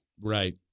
Right